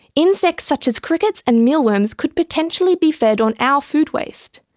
insects such as crickets and mealworms could potentially be fed on our food waste.